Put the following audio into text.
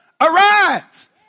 arise